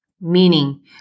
meaning